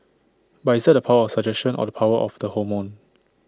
but is that the power of suggestion or the power of the hormone